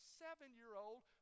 seven-year-old